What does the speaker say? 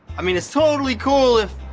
i mean, it's totally cool if.